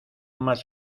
más